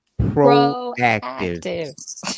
proactive